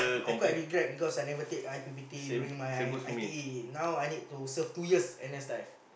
I quite regret because I never take I_P_P_T during my I I_T_E now I need to serve two years N_S time